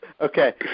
Okay